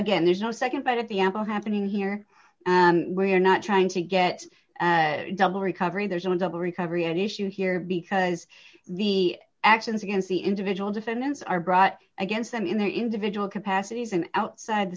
again there's no nd bite at the apple happening here and we're not trying to get double recovery there's no double recovery an issue here because the actions against the individual defendants are brought against them in their individual capacities and outside